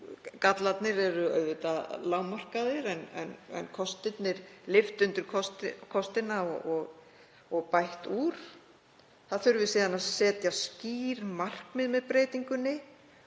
gallarnir eru auðvitað lágmarkaðir en lyft undir kostina og bætt úr. Það þurfi síðan að setja skýr markmið með breytingunni